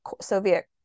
Soviet